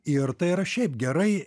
ir tai yra šiaip gerai